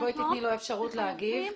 אז תני לו אפשרות להגיב.